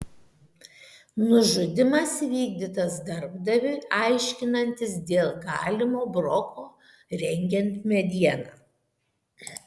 nužudymas įvykdytas darbdaviui aiškinantis dėl galimo broko rengiant medieną